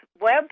web